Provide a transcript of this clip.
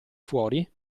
fuori